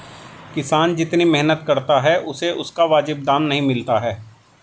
किसान जितनी मेहनत करता है उसे उसका वाजिब दाम नहीं मिलता है